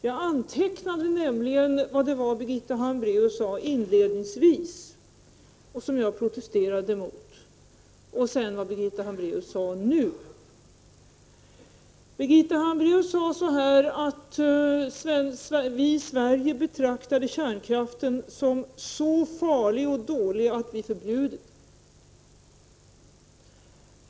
Jag antecknade nämligen vad Birgitta Hambraeus sade inledningsvis och som jag protesterade mot och sedan vad Birgitta Hambraeus sade nu senast. Birgitta Hambraeus sade att vi i Sverige betraktade kärnkraften som så farlig och dålig att vi förbjöd den.